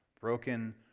broken